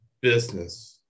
business